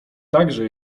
także